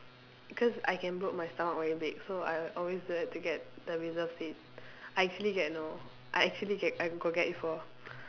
cause I can bloat my stomach very big so I always get to get the reserved seat I actually get you know I actually get I got get before